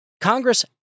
Congress